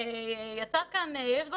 ויצא כאן יאיר גולן,